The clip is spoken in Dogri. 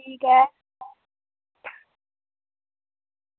ठीक ऐ